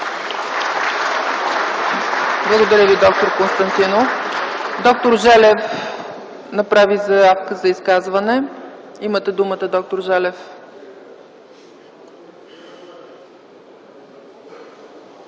Благодаря Ви, д-р Константинов. Доктор Желев направи заявка за изказване. Имате думата, д-р Желев.